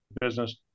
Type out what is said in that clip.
business